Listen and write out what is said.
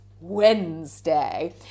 Wednesday